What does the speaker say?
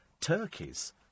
turkeys